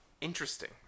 interesting